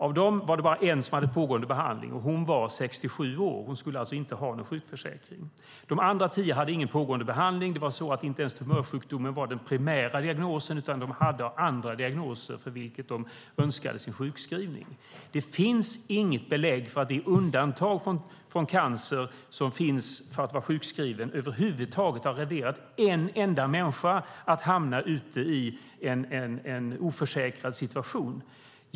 Av dem var det bara en som hade en pågående behandling, och hon var 67 år. Hon skulle alltså inte ha någon sjukförsäkring. De andra tio hade inte någon pågående behandling. Det var inte ens tumörsjukdomen som var den primära diagnosen, utan de hade andra diagnoser för vilka de önskade sjukskrivning. Det finns inga belägg för att det undantag från cancer som finns för att vara sjukskriven över huvud taget har inneburit att en enda människa har hamnat i en oförsäkrad situation.